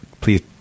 Please